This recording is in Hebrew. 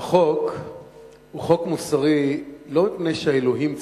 החוק הוא חוק מוסרי לא מפני שהאלוהים ציווה,